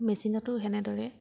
মেচিনতো তেনেদৰে